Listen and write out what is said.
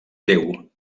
greu